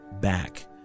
back